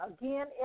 Again